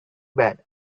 bad